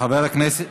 חבר הכנסת